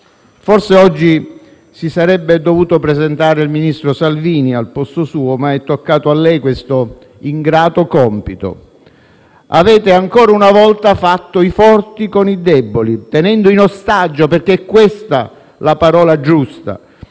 Forse oggi si sarebbe dovuto presentare il ministro Salvini al posto suo, ma è toccato a lei quest'ingrato compito. Ancora una volta, avete fatto i forti con i deboli, tenendo in ostaggio - è questa la parola giusta